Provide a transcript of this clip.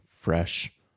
fresh